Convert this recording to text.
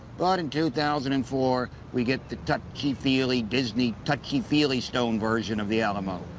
but in two thousand and four, we get the touchy feely disney touchy feely stone version of the alamo.